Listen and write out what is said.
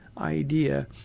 idea